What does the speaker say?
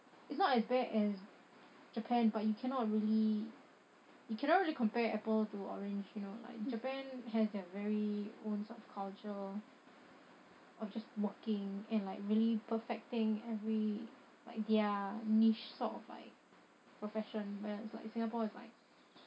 it's not as bad as japan but you cannot really you cannot really compare apple to orange you know like japan has their very own sort of culture of just working and like really perfecting every like their niche sort of like profession whereas like singapore is like